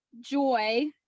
joy